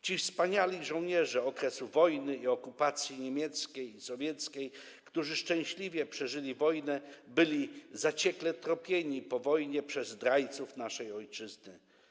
Ci wspaniali żołnierze okresu wojny i okupacji niemieckiej i sowieckiej, którzy szczęśliwie przeżyli wojnę, byli zaciekle tropieni po wojnie przez zdrajców naszej ojczyzny.